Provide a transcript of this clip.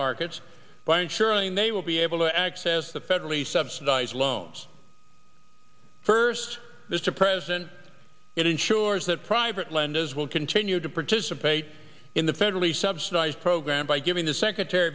markets by ensuring they will be able to access the federally subsidized loans first mr president it ensures that private lenders will continue to participate in the federally subsidized program by giving the secretary